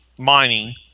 mining